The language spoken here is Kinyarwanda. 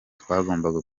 twagomba